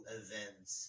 events